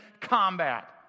combat